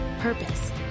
purpose